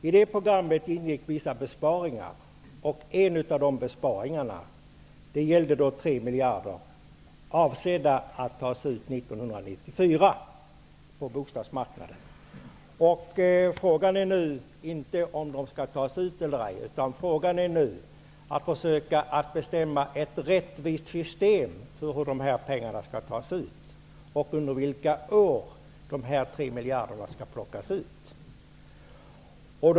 I det programmet ingick vissa besparingar, och en av dessa besparingar på 3 miljarder var avsedda att tas ut på bostadsmarknaden 1994. Frågan är nu inte om de skall tas ut eller ej, utan det är fråga om att försöka finna ett rättvist system för hur dessa pengar skall tas ut, och under vilka år dessa 3 miljarder skall plockas ut.